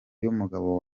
y’umugabo